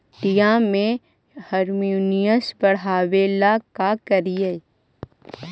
मिट्टियां में ह्यूमस बढ़ाबेला का करिए?